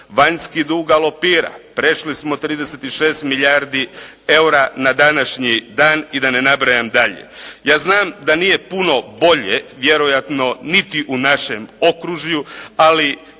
Vanjski dug galopira, prešli smo 36 milijardi eura na današnji dan i da ne nabrajam dalje. Ja znam da nije puno bolje vjerojatno niti u našem okružju, ali